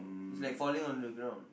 it's like falling on the ground